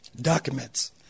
documents